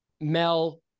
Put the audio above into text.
Mel